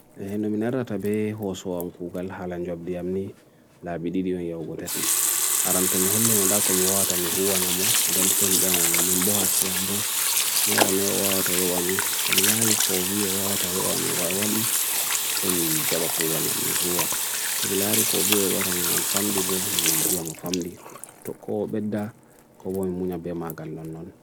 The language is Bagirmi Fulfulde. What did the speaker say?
He no me nera tabe hoso an kougal halan job di amne laby didi we yawgotati. Aran to me holi wanda komi waata mihua namo, dense me yawngo me mbo ak yambo, nera no waata yawami, to me lari kou view waata yawami wadi se mi jaba kougal mammi hua. To me lari kou view waata mi man famdi bo, mi via mo famdi, to kou bedda kou bo me munya be magal nanon.